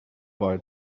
boy